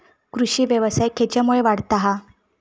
कृषीव्यवसाय खेच्यामुळे वाढता हा?